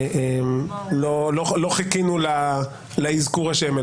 לא חיכינו לאזכור השם,